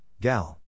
Gal